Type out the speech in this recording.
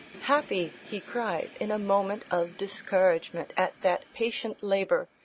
happy, he cries, in a moment of discouragement at that patient labour,